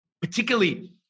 particularly